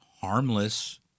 harmless